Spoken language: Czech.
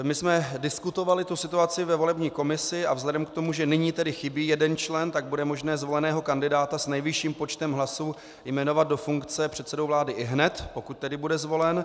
My jsme diskutovali tu situaci ve volební komisi a vzhledem k tomu, že nyní chybí jeden člen, tak bude možné zvoleného kandidáta s nejvyšším počtem hlasů jmenovat do funkce předsedou vlády ihned, pokud bude zvolen.